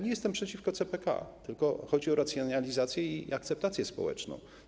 Nie jestem przeciwko CPK, tylko chodzi o racjonalizację i akceptację społeczną.